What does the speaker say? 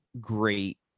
great